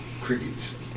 Crickets